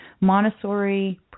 Montessori